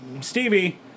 Stevie